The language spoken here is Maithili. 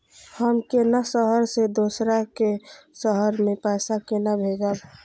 हम केना शहर से दोसर के शहर मैं पैसा केना भेजव?